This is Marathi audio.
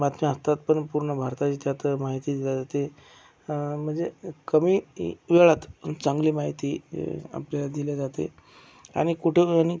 बातम्या असतात पण पूर्ण भारताची त्यात माहिती दिल्या जाते म्हणजे कमी वेळात चांगली माहिती आपल्याला दिल्या जाते आणि कुठं आणि